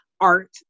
Art